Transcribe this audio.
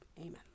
Amen